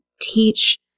teach